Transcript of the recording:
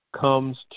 comes